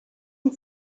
and